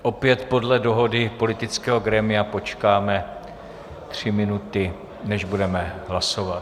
Opět podle dohody politického grémia počkáme tři minuty, než budeme hlasovat.